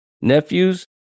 nephews